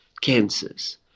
cancers